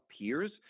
peers